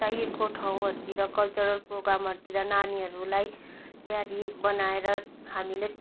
चाहिएको ठाउँहरूतिर कल्चरल प्रोग्रामहरूतिर नानीहरूलाई तयारी बनाएर हामीले